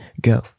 go